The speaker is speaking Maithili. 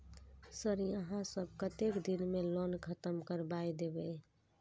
सर यहाँ सब कतेक दिन में लोन खत्म करबाए देबे?